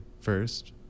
first